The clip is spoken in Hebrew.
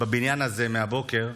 בבניין הזה, מהבוקר,